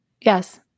Yes